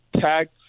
tax